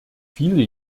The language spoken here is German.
viele